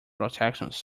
protections